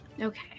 Okay